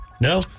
No